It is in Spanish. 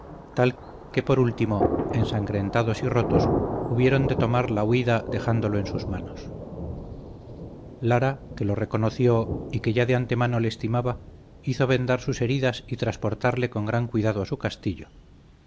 tal que por último ensangrentados y rotos hubieron de tomar la huida dejándolo en sus manos lara que lo reconoció y que ya de antemano le estimaba hizo vendar sus heridas y trasportarle con gran cuidado a su castillo